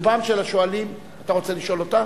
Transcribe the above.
אתה רוצה לשאול אותה?